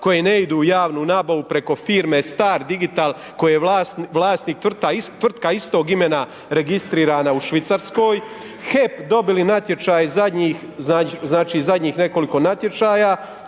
koje ne idu u javnu nabavu preko firme Star digital koje je vlasnik tvrtka istog imena registrirana u Švicarskoj, HEP dobili natječaj zadnjih znači zadnjih